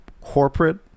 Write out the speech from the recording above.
corporate